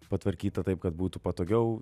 patvarkyta taip kad būtų patogiau